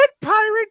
pirate